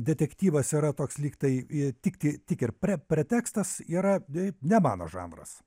detektyvas yra toks lyg tai tikti tik ir pre pretekstas yra bei ne mano žanras